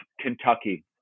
Kentucky